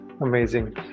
Amazing